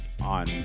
on